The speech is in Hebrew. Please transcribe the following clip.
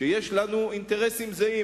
שבהם יש לנו אינטרסים זהים.